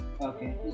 Okay